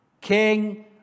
king